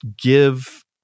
give